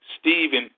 Stephen